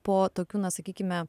po tokių na sakykime